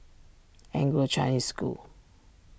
Anglo Chinese School